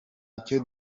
icyo